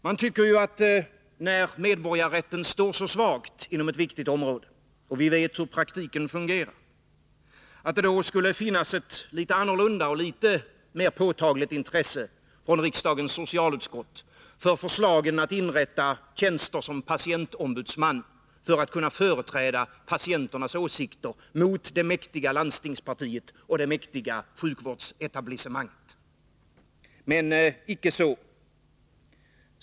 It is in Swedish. Man tycker att det när medborgarrätten har en så svag ställning inom ett viktigt område — och vi vet hur den fungerar i praktiken — skulle finnas ett annat och litet mer påtagligt intresse från riksdagens socialutskott för förslagen om tillsättande av en patientombudsman, som skulle kunna företräda patienternas åsikter mot det mäktiga landstingspartiet och det inflytelserika sjukvårdsetablissemanget. Men icke så.